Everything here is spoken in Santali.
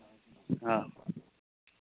ᱦᱮᱸ